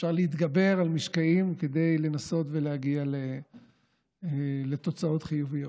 אפשר להתגבר על משקעים כדי לנסות להגיע לתוצאות חיוביות.